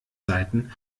seiten